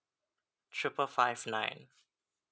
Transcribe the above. triple five nine